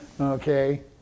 Okay